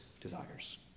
desires